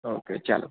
okay ચાલો